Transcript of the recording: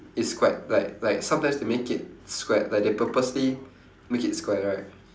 it's squared like like sometimes they make it squared like they purposely make it square right